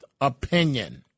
opinion